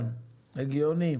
כן, זה הגיוני.